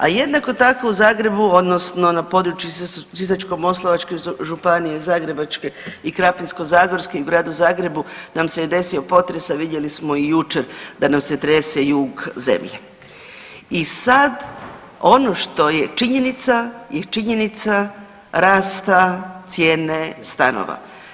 A jednako tako u Zagrebu odnosno na području Sisačko-moslavačke županije i Zagrebačke, i Krapinsko-zagorske i Gradu Zagreb nam se je desio potres, a vidjeli smo i jučer da nam se trese jug zemlje i sad ono što je činjenica je činjenica rasta cijene stanova.